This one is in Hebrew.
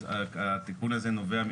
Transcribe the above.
אז לא דיברתי לריק.